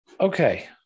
Okay